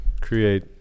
create